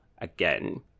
again